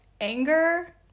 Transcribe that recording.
anger